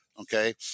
Okay